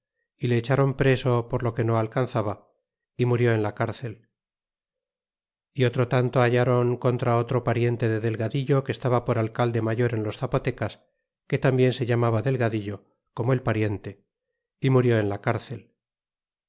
y le echron preso por lo que no alcanzaba y murió en la carcel y otro tanto hallron contra otro pariente de delgadillo que estaba por alcalde mayor en los zapotecas que tambien se llamaba delgadillo como el pariente y murió en la carcel